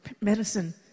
medicine